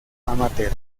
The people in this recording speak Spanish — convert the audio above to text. amateur